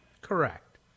Correct